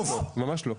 ממש לא.